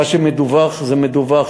מה שמדווח זה מדווח.